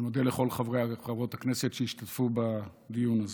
אני מודה לכל חברי וחברות הכנסת שהשתתפו בדיון הזה.